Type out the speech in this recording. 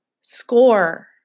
Score